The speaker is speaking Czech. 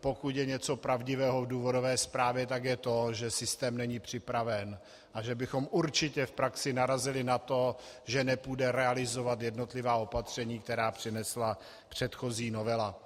pokud je něco pravdivého v důvodové zprávě, tak je to, že systém není připraven a že bychom určitě v praxi narazili na to, že nepůjde realizovat jednotlivá opatření, která přinesla předchozí novela.